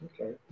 Okay